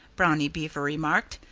brownie beaver remarked,